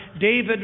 David